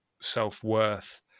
self-worth